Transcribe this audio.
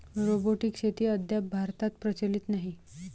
robotic शेती अद्याप भारतात प्रचलित नाही